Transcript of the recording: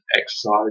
exercise